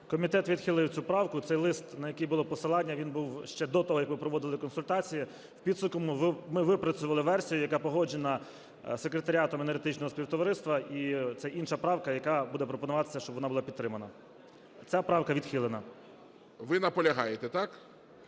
Комітет відхилив цю правку. Цей лист, на який було посилання, він був ще до того, як ми проводили консультації. В підсумку ми випрацювали версію, яка погоджена з Секретаріатом Енергетичного Співтовариства. І це інша правка, яка буде пропонуватися, щоб вона була підтримана. Ця правка – відхилена. ГОЛОВУЮЧИЙ. Ви наполягаєте. Так?